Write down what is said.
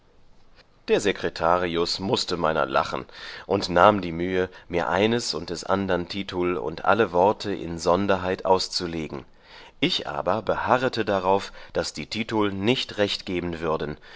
der secretarius mußte meiner lachen und nahm die mühe mir eines und des andern titul und alle worte insonderheit auszulegen ich aber beharrete darauf daß die titul nicht recht geben würden